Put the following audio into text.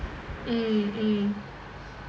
mm mm